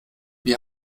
wie